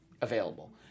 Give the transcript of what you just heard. available